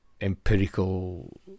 empirical